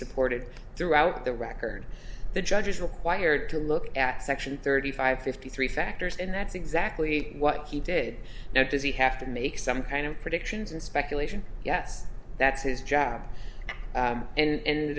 supported throughout the record the judge is required to look at section thirty five fifty three factors and that's exactly what he did now does he have to make some kind of predictions and speculation yes that's his job and